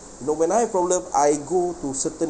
you know when I have problem I go to certain